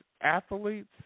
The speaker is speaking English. athletes